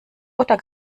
oder